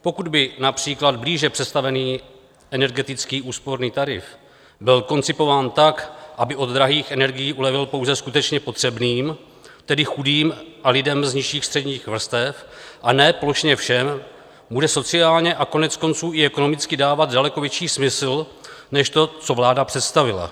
Pokud by například blíže představený energetický úsporný tarif byl koncipován tak, aby od drahých energií ulevil pouze skutečně potřebným, tedy chudým a lidem z nižších středních vrstev, a ne plošně všem, bude sociálně a koneckonců i ekonomicky dávat daleko větší smysl než to, co vláda představila.